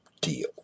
deal